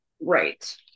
Right